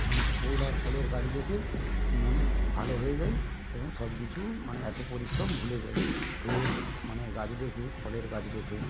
মানে ফুল আর ফলের গাছ দেখে মন ভালো হয়ে যায় এবং সব কিছু মানে এতো পরিশ্রম ভুলে যাই ফুলের মানে গাছ দেখে ফলের গাছ দেখে